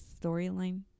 storyline